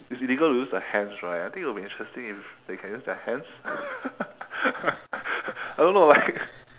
it's illegal to use their hands right I think it would be interesting to use their hands I don't know like